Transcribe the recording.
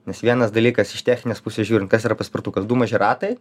nes vienas dalykas iš techninės pusės žiūrint kas yra paspirtukas du maži ratai